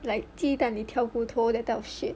like 鸡蛋里挑骨头 that type of shit